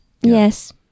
yes